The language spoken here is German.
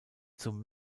zum